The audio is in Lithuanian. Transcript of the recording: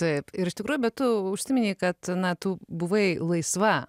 taip ir iš tikrųjų bet tu užsiminei kad na tu buvai laisva